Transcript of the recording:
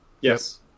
yes